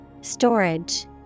Storage